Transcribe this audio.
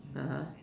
(uh huh)